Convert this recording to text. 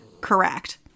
Correct